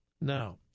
Now